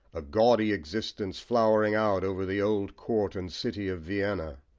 a gaudy existence flowering out over the old court and city of vienna,